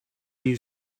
new